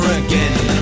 again